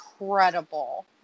incredible